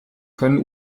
können